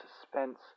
suspense